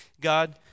God